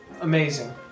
Amazing